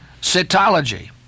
Cytology